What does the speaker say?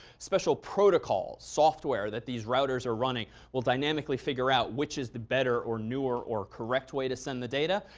special protocols, software that these routers are running will dynamically figure out which is the better or newer or correct way to send the data.